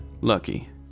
Lucky